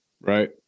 right